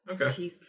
Okay